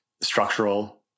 structural